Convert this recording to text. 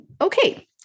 Okay